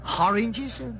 Oranges